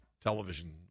television